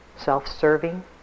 self-serving